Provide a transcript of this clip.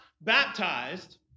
baptized